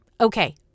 Okay